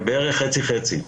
חצי-חצי.